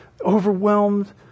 overwhelmed